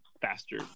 faster